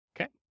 okay